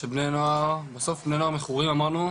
שבני נוער מכורים אמרנו,